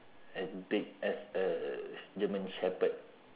as big as a german shepherd